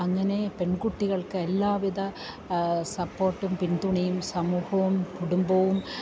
അങ്ങനെ പെൺകുട്ടികൾക്ക് എല്ലാവിധ സപ്പോർട്ടും പിന്തുണയും സമൂഹവും കുടുംബവും